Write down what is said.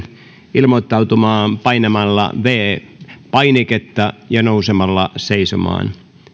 ilmoittautumaan painamalla viides painiketta ja nousemalla seisomaan